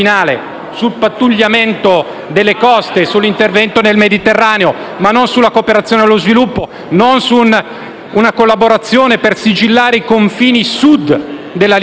sul pattugliamento delle coste, sull'intervento nel Mediterraneo, ma non sulla cooperazione allo sviluppo e non su una collaborazione per sigillare i confini sud della Libia,